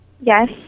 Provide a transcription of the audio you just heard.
Yes